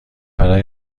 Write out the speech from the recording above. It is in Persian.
برای